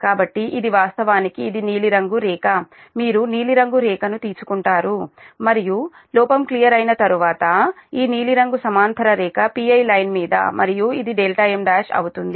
కాబట్టి ఇది వాస్తవానికి ఇది నీలిరంగు రేఖ మీరు నీలిరంగు రేఖను తీసుకుంటారు మరియు లోపం క్లియర్ అయిన తర్వాత ఈ నీలిరంగు సమాంతర రేఖ Pi లైన్ మరియు ఇది m1 అవుతుంది